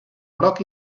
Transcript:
groc